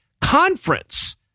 conference